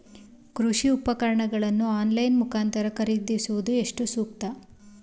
ಕೃಷಿ ಉಪಕರಣಗಳನ್ನು ಆನ್ಲೈನ್ ಮುಖಾಂತರ ಖರೀದಿಸುವುದು ಎಷ್ಟು ಸೂಕ್ತ?